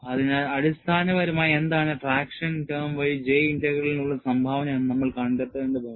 അതിനാൽ അടിസ്ഥാനപരമായി എന്താണ് ട്രാക്ഷൻ ടേം വഴി J ഇന്റഗ്രലിനുള്ള സംഭാവന എന്ന് നമ്മൾ കണ്ടെത്തേണ്ടതുണ്ട്